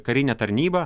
karinę tarnybą